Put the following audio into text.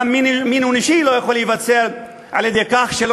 המין האנושי גם לא יכול להיווצר מכך שלא